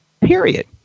Period